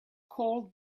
called